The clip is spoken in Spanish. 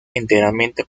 enteramente